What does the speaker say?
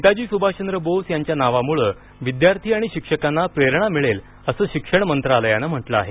नेताजी सुभाषचंद्र बोस यांच्या नावामुळे विद्यार्थी आणि शिक्षकांना प्रेरणा मिळेल असं शिक्षण मंत्रालयानं म्हटलं आहे